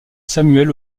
samuel